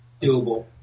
doable